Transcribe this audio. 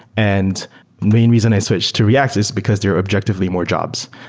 and main reason i switched to react is because there's objectively more jobs.